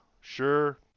sure